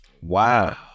Wow